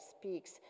speaks